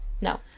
No